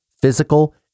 physical